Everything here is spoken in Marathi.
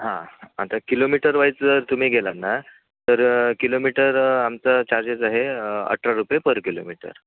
हां आता किलोमीटरवाईज जर तुम्ही गेलात ना तर किलोमीटर आमचा चार्जेस आहे अठरा रुपये पर किलोमीटर